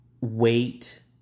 wait